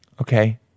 Okay